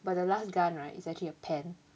but the last gun right is actually a pen